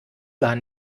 gar